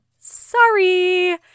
sorry